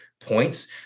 points